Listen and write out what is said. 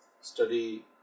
study